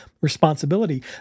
responsibility